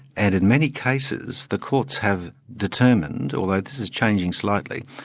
and in many cases the courts have determined, although this is changing slightly,